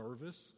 nervous